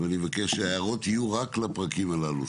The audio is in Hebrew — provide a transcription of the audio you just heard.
אני מבקש שההערות יהיו רק לפרקים הללו,